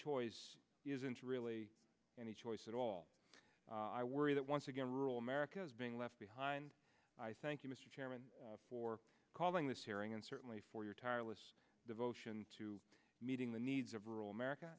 choice isn't really any choice at all i worry that once again rural america is being left behind thank you mr chairman for calling this hearing and certainly for your tireless devotion to meeting the needs of rural america